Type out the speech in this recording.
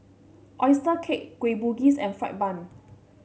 oyster cake Kueh Bugis and fried bun